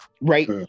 Right